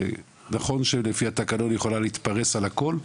ונכון שלפי התקנון היא יכולה להתפרס על הכול,